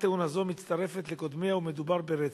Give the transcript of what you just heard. כמעט-תאונה זו מצטרפת לקודמותיה ומדובר ברצף.